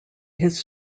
his